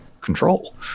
control